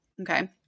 Okay